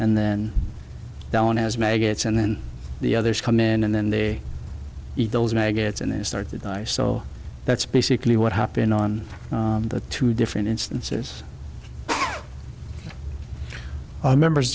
and then down as maggots and then the others come in and then they eat those maggots and they start to die so that's basically what happened on the two different instances i remember